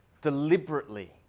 deliberately